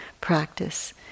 practice